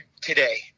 today